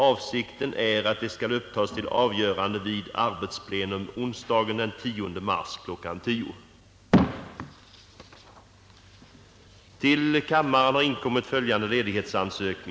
Avsikten är att de skall upptas till avgörande vid arbetsplenum onsdagen den 10 mars kl. 10.00.